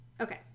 Okay